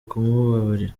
kumubabarira